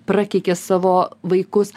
prakeikė savo vaikus